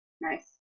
Nice